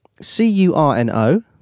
C-U-R-N-O